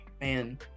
Man